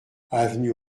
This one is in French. avenue